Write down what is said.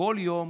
כל יום